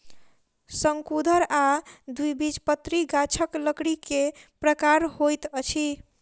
शंकुधर आ द्विबीजपत्री गाछक लकड़ी के प्रकार होइत अछि